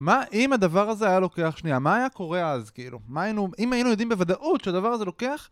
מה אם הדבר הזה היה לוקח שנייה? מה היה קורה אז כאילו? מה היינו... אם היינו יודעים בוודאות שהדבר הזה לוקח